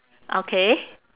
okay